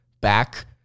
back